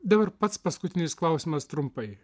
dabar pats paskutinis klausimas trumpai